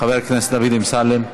חבר הכנסת דוד אמסלם.